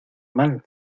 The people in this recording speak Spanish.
mal